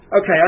Okay